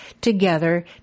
together